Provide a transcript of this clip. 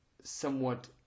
somewhat